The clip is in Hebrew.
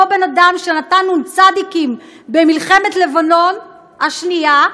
אותו בן-אדם שנתן נ"צ במלחמת לבנון השנייה ל"חיזבאללה"